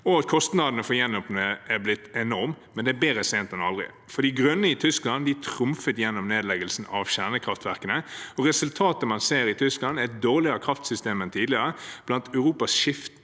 og kostnadene ved å gjenåpne har blitt enorme, men det er bedre sent enn aldri. De Grønne i Tyskland trumfet gjennom nedleggelsen av kjernekraftverkene, og resultatet man ser i Tyskland, er et dårligere kraftsystem enn tidligere. Det er blant Europas mest